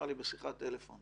לי בשיחת טלפון